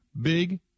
big